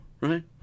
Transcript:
Right